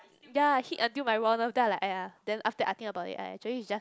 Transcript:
ya hit until my raw nerve then I like !aiya! then after that I think about it !aiya! actually it's just